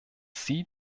sie